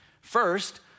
First